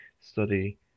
study